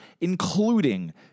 including